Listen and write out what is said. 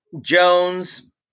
Jones